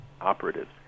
operatives